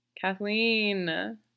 kathleen